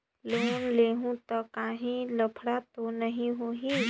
Loan लेहूं ता काहीं लफड़ा तो नी होहि?